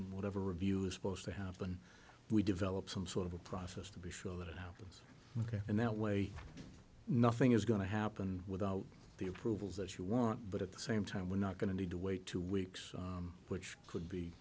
whatever review is supposed to happen we develop some sort of a process to be sure that it happens ok and that way nothing is going to happen without the approvals that you want but at the same time we're not going to need to wait two weeks which could be